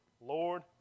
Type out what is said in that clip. Lord